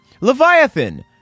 Leviathan